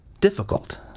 difficult